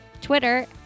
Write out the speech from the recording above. Twitter